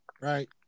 right